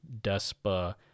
despa